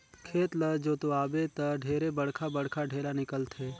खेत ल जोतवाबे त ढेरे बड़खा बड़खा ढ़ेला निकलथे